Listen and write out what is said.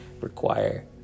require